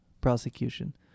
prosecution